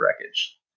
wreckage